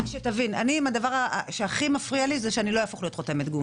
הדבר שהכי מפריע לי שלא אהפוך לחותמת גומי.